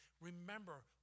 remember